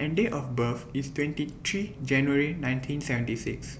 and Date of birth IS twenty three January nineteen seventy six